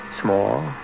small